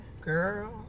Girl